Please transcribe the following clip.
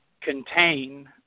contain